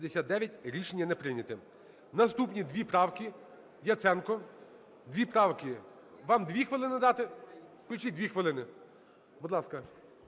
Рішення не прийнято. Наступні дві правки